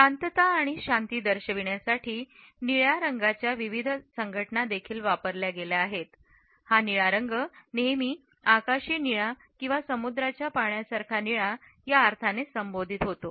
शांतता आणि शांती दर्शविण्यासाठी आणि निळ्या रंगाच्या विविध संघटना देखील वापरल्या गेल्या आहेत हा निळा रंग नेहमी आकाशाच्या निळ्या किंवा समुद्राशी पाण्यासारखा निळा अर्थाने संबंधित असते